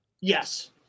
Yes